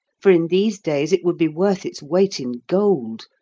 for in these days it would be worth its weight in gold,